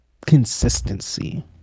consistency